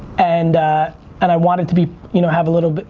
and and i wanted to be you know have a little,